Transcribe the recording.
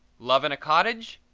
love in a cottage?